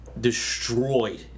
destroyed